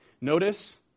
Notice